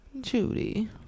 Judy